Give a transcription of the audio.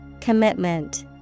Commitment